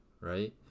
right